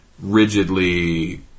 rigidly